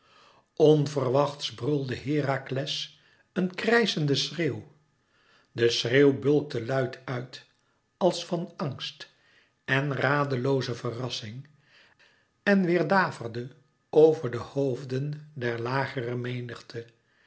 onverwachts brulde herakles een krijschenden schreeuw de schreeuw bulkte luid uit als van angst en radelooze verrassing en weêrdaverde over de hoofden der lagere menigte